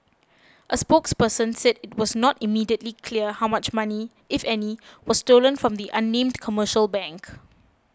a spokesperson said it was not immediately clear how much money if any was stolen from the unnamed commercial bank